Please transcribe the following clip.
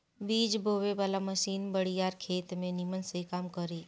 बीज बोवे वाला मशीन बड़ियार खेत में निमन से काम करी